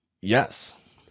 yes